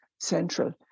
central